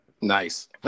nice